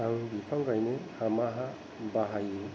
आं बिफां गायनो हामा हा बाहायो